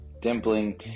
dimpling